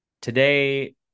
Today